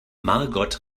margot